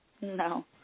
No